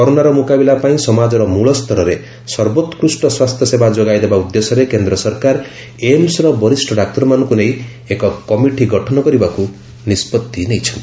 କରୋନାର ମୁକାବିଲା ପାଇଁ ସମାଜର ମୂଳ ସ୍ତରରେ ସର୍ବୋକୃଷ୍ଟ ସ୍ୱାସ୍ଥ୍ୟସେବା ଯୋଗାଇଦେବା ଉଦ୍ଦେଶ୍ୟରେ କେନ୍ଦ୍ର ସରକାର ଏମସ୍ର ବରିଷ୍ଣ ଡାକ୍ତରମାନଙ୍କୁ ନେଇ ଏକ କମିଟି ଗଠନ କରିବାକୁ ନିଷ୍ପଭି ନେଇଛନ୍ତି